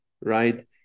Right